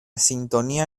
sintonía